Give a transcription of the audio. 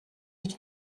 гэж